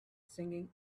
singing